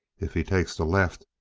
if he take the left,